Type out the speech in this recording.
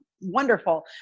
wonderful